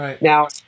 Now